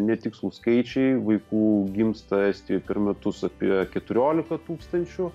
netikslūs skaičiai vaikų gimsta estijoj per metus apie keturiolika tūkstančių